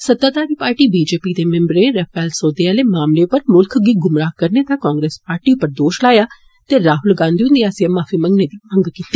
सत्ताधारी party B J P दे मिम्बरें रफैल सौदे आले मामलें उप्पर मुल्ख गी गुमराह करने दा कांग्रेस पार्टी उप्पर दोश लाया ते राहुल गांधी हुन्दे आस्सेआ माफी मंगने दी मंग कीती